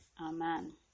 Amen